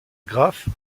graphe